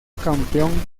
campeón